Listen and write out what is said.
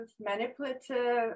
manipulative